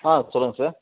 ஆ சொல்லுங்கள் சார்